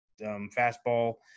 fastball